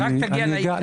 רק תגיע לעיקר.